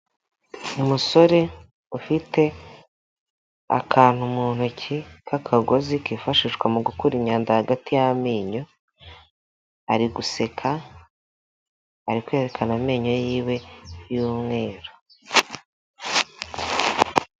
Umusore ufite akantu mu ntoki k'akagozi kifashishwa mu gukura imyanda hagati y'amenyo, ari guseka, ari kwerekana amenyo yiwe y'umweru.